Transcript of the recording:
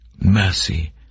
mercy